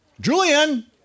Julian